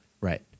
right